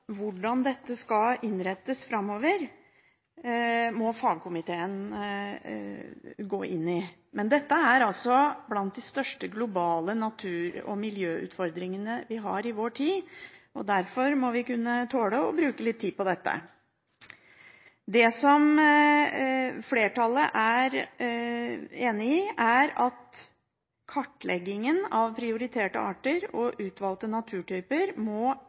hvordan dette skal innrettes framover, må fagkomiteen gå inn i. Men dette er altså blant de største globale natur- og miljøutfordringene vi har i vår tid, og derfor må vi kunne tåle å bruke litt tid på dette. Det som flertallet er enig i, er at kartleggingen av prioriterte arter og utvalgte naturtyper må